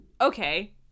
Okay